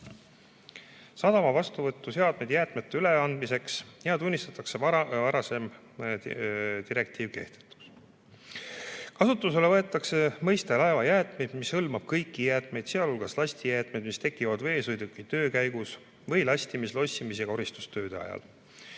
sadama vastuvõtuseadmeid jäätmete üleandmiseks ja tunnistatakse varasem direktiiv kehtetuks. Kasutusele võetakse mõiste "laevajäätmed", mis hõlmab kõiki jäätmeid, sh lastijäätmed, mis tekivad veesõiduki töö käigus või lastimis-, lossimis- ja koristustööde ajal.